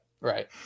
Right